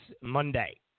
Monday